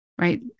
right